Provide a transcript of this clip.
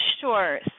Sure